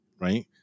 right